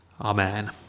Amen